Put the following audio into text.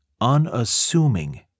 unassuming